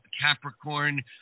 Capricorn